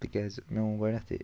تِکیٛازِ مےٚ ووٚن گۄڈٕنیٚتھٕے